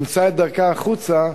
תמצא את דרכה החוצה,